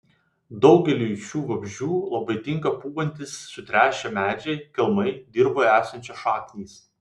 daugeliui šių vabzdžių labai tinka pūvantys sutrešę medžiai kelmai dirvoje esančios šaknys